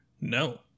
No